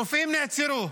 רופאים נעצרו.